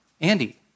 Andy